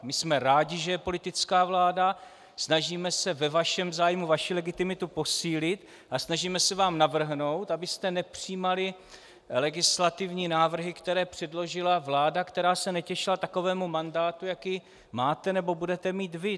My jsme rádi, že je politická vláda, snažíme se ve vašem zájmu vaši legitimitu posílit a snažíme se vám navrhnout, abyste nepřijímali legislativní návrhy, které předložila vláda, která se netěšila takovému mandátu, jaký máte nebo budete mít vy.